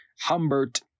Humbert